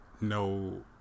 no